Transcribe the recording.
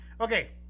okay